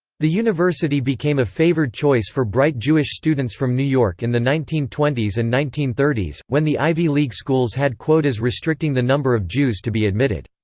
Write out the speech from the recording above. the university became a favored choice for bright jewish students from new york in the nineteen twenty s and nineteen thirty s, when the ivy league schools had quotas restricting the number of jews to be admitted.